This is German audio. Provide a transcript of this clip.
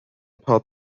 paar